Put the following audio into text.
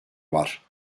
var